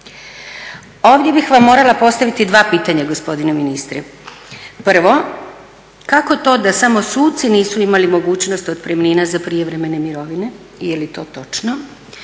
Ovdje bih vam morala postaviti dva pitanja gospodine ministre. Prvo, kako to da samo suci nisu imali mogućnost otpremnina za prijevremene mirovine i je li to točno.